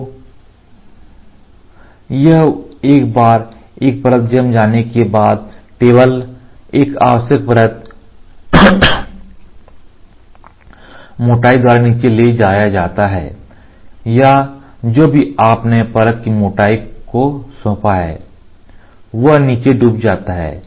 तो यह एक बार एक परत जम जाने के बाद टेबल एक आवश्यक परत मोटाई द्वारा नीचे ले जाया जाता है या जो भी आपने परत की मोटाई को सौंपा है वह नीचे डूब जाता है